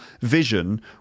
vision